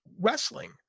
wrestling